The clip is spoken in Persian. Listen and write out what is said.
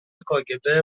کاگب